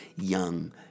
young